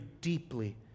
deeply